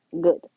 good